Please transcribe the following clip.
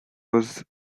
was